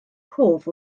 cof